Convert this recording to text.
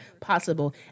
possible